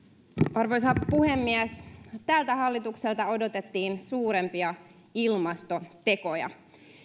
arvoisa puhemies tältä hallitukselta odotettiin suurempia ilmastotekoja